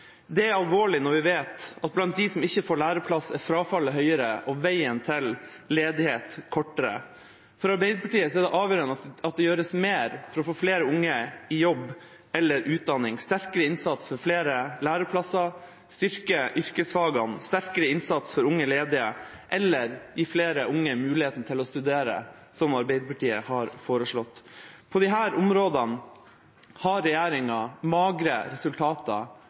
Det er alvorlig når vi vet at blant dem som ikke får læreplass, er frafallet høyere og veien til ledighet kortere. For Arbeiderpartiet er det avgjørende at det gjøres mer for å få flere unge i jobb eller utdanning, det er sterkere innsats for flere læreplasser, en styrker yrkesfagene, det er sterkere innsats for unge ledige, eller en gir flere unge muligheten til å studere, som Arbeiderpartiet har foreslått. På disse områdene har regjeringa magre resultater